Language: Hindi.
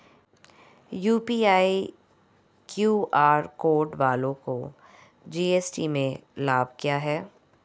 यू.पी.आई क्यू.आर कोड वालों को जी.एस.टी में लाभ क्या है?